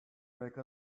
make